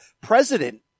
president